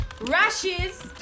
rashes